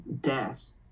Death